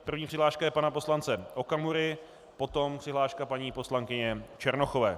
První přihláška je pana poslance Okamury, potom přihláška paní poslankyně Černochové.